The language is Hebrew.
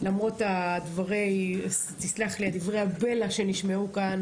למרות הדברים, תסלח לי, דברי הבלע שנשמעו כאן